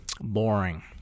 boring